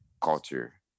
culture